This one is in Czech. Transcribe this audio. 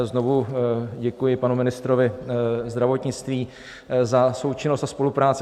Znovu děkuji panu ministrovi zdravotnictví za součinnost a spolupráci.